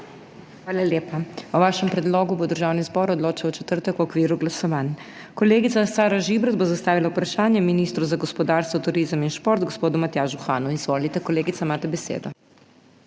Hvala lepa. O vašem predlogu bo Državni zbor odločal v četrtek v okviru glasovanj. Kolegica Sara Žibrat bo zastavila vprašanje ministru za gospodarstvo, turizem in šport gospodu Matjažu Hanu. Izvolite, kolegica, imate besedo.